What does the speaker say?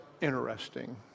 interesting